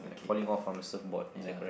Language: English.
like falling off from the surfboard is that correct